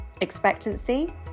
Expectancy